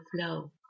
flow